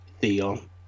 Theon